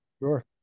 sure